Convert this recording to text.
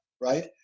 right